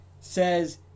says